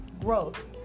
growth